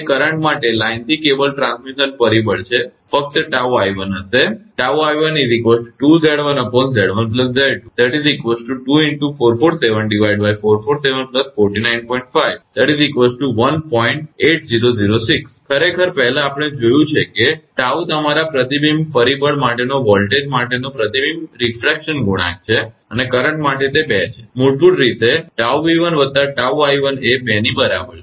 તે કરંટ માટે લાઇનથી કેબલ ટ્રાન્સમિશન પરિબળ છે તે ફક્ત 𝜏𝑖1 હશે ખરેખર પહેલાં આપણે જોયું છે કે 𝜏 તમારા પ્રતિબિંબ પરિબળ માટેનો વોલ્ટેજ માટેનો પ્રતિબિંબ રિફ્રેક્શન ગુણાંક અને કરંટ માટે તે 2 છે મૂળભૂત રીતે 𝜏𝑉1 વત્તા 𝜏𝑖1 એ 2 ની બરાબર છે